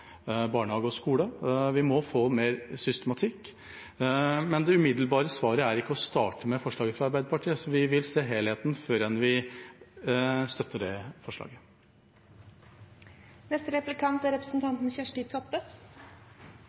barnehage og skole. Vi må få mer systematikk. Men det umiddelbare svaret er ikke å starte med forslaget fra Arbeiderpartiet, Senterpartiet og Sosialistisk Venstreparti. Vi vil se helheten før vi støtter dette forslaget. Venstre er opptatt av psykisk helse. Det synest eg er